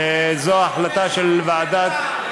וזו ההחלטה של ועדת,